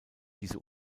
diese